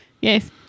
Yes